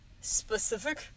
Specific